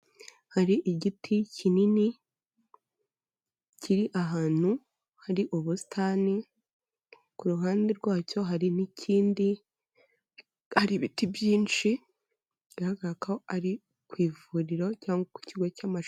Hari igiti kinini kiri ahantu hari ubusitani, ku ruhande rwacyo hari n'ikindi, hari ibiti byinshi byaga ari ku ivuriro cyangwa ku kigo cy'amashuri.